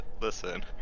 Listen